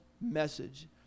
message